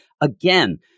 again –